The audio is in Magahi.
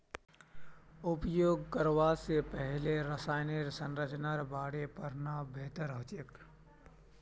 उपयोग करवा स पहले रसायनेर संरचनार बारे पढ़ना बेहतर छोक